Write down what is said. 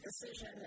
decision